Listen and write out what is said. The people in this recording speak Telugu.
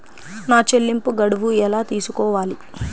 నా చెల్లింపు గడువు ఎలా తెలుసుకోవాలి?